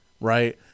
right